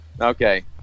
Okay